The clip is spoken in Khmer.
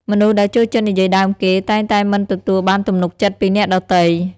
មនុស្សដែលចូលចិត្តនិយាយដើមគេ តែងតែមិនទទួលបានទំនុកចិត្តពីអ្នកដទៃ។